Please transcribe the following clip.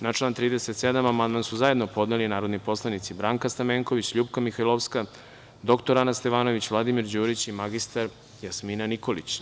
Na član 37. amandman su zajedno podneli narodni poslanici Branka Stamenković, LJupka Mihajlovska, dr Ana Stevanović, Vladimir Đurić i mr Jasmina Nikolić.